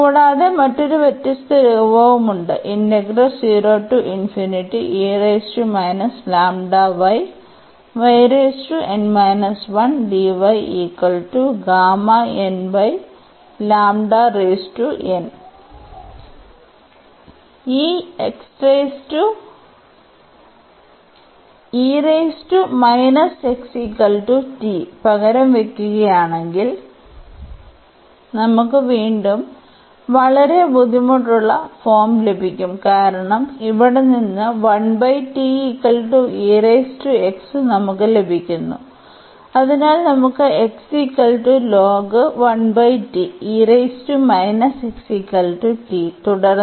കൂടാതെ മറ്റൊരു വ്യത്യസ്ത രൂപവുമുണ്ട് ഈ പകരം വയ്ക്കുകയാണെങ്കിൽ നമുക്ക് വീണ്ടും വളരെ ബുദ്ധിമുട്ടുള്ള ഫോം ലഭിക്കും കാരണം ഇവിടെ നിന്ന് നമുക്ക് ലഭിക്കുന്നു അതിനാൽ നമുക്ക് തുടർന്ന്